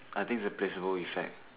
I think it's the placebo effect